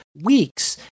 weeks